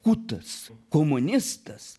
kutas komunistas